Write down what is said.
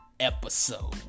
episode